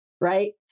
right